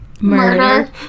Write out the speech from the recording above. Murder